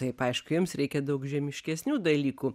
taip aišku jiems reikia daug žemiškesnių dalykų